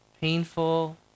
painful